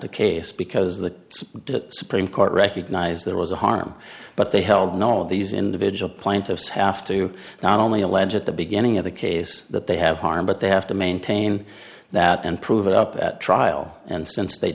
the case because the supreme court recognized there was a harm but they held no these individual plaintiffs have to not only allege that the beginning of the case that they have harmed but they have to maintain that and prove it up at trial and since they